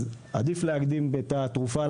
אז עדיף להקדים את התרופה למכה.